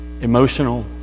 emotional